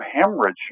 hemorrhage